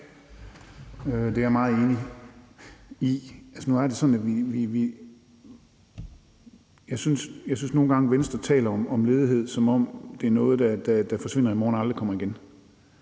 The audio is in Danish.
Det er jeg meget enig i. Altså, jeg synes, at Venstre nogle gange taler om ledighed, som om det er noget, der forsvinder i morgen og aldrig kommer igen.